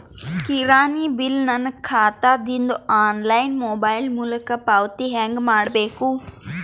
ಕಿರಾಣಿ ಬಿಲ್ ನನ್ನ ಖಾತಾ ದಿಂದ ಆನ್ಲೈನ್ ಮೊಬೈಲ್ ಮೊಲಕ ಪಾವತಿ ಹೆಂಗ್ ಮಾಡಬೇಕು?